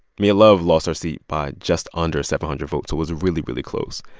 mia love lost her seat by just under seven hundred votes. it was really, really close.